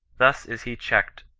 thus is he checked,